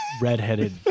redheaded